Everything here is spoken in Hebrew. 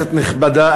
כנסת נכבדה,